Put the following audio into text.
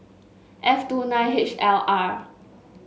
F two nine H L R